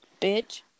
bitch